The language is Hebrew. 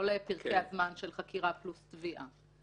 לא לפרקי הזמן של חקירה פלוס תביעה.